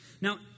Now